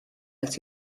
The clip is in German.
als